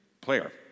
player